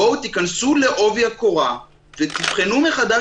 בואו תיכנסו לעובי הקורה ותבחנו מחדש